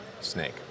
snake